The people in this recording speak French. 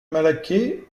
malaquais